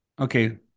okay